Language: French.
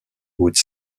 haute